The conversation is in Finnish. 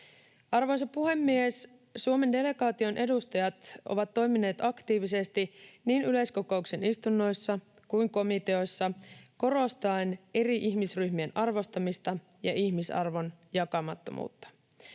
Arvoisa puhemies! Suomen delegaation edustajat ovat toimineet aktiivisesti niin yleiskokouksen istunnoissa kuin komiteoissa korostaen eri ihmisryhmien arvostamista ja ihmisarvon jakamattomuutta.